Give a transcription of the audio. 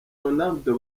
ronaldo